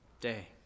day